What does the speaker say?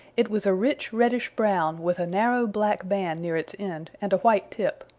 it was a rich reddish-brown with a narrow black band near its end and a white tip.